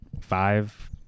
five